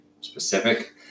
specific